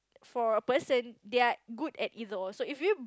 for a person they are good at its own so if you